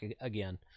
again